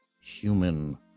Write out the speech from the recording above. human